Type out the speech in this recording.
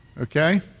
Okay